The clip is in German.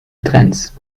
trends